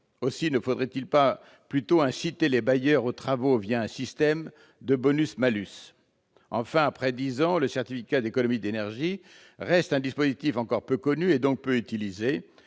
Aussi, ne faudrait-il pas plutôt inciter les bailleurs aux travaux, un système de bonus-malus ? Enfin, après dix ans, le C2E reste un dispositif encore peu connu et donc peu utilisé,